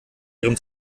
ihrem